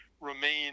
remain